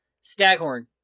Staghorn